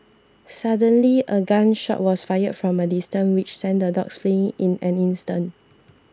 suddenly a gunshot was fired from a distance which sent the dogs fleeing in an instant